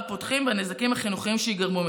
פותחים ומהנזקים החינוכיים שייגרמו מכך,